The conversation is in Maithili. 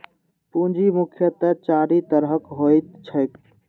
पूंजी मुख्यतः चारि तरहक होइत छैक